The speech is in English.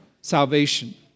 salvation